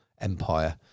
empire